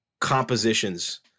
compositions